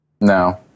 No